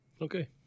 Okay